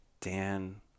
dan